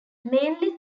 mainly